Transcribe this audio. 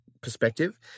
perspective